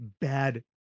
bad